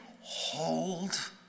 hold